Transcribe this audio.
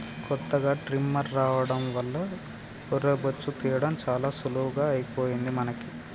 కొత్తగా ట్రిమ్మర్ రావడం వల్ల గొర్రె బొచ్చు తీయడం చాలా సులువుగా అయిపోయింది మనకి